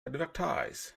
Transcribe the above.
advertise